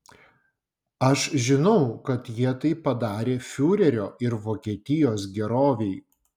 aš žinau kad jie tai padarė fiurerio ir vokietijos gerovei